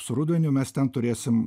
su rudeniu mes ten turėsim